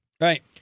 right